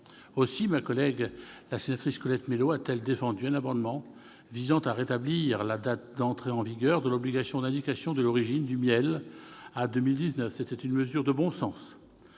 Aussi ma collègue Colette Mélot a-t-elle défendu un amendement visant à rétablir à 2019 l'entrée en vigueur de l'obligation d'indication de l'origine du miel. C'était une mesure de bon sens